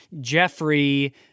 Jeffrey